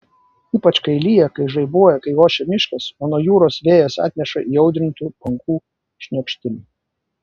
ypač kai lyja kai žaibuoja kai ošia miškas o nuo jūros vėjas atneša įaudrintų bangų šniokštimą